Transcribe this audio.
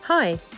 Hi